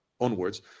onwards